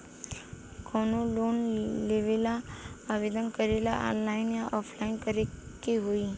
कवनो लोन लेवेंला आवेदन करेला आनलाइन या ऑफलाइन करे के होई?